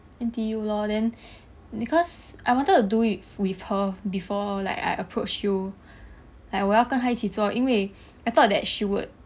N_T_U lor then because I wanted to do it with her before like I approach you like 我要跟她一起做因为 I thought that she would